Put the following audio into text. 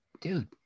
dude